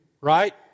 Right